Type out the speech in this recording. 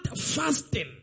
fasting